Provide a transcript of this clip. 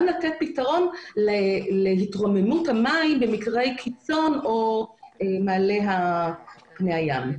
לתת פתרון להתרוממות המים במקרי קיצון או מעלה פני הים.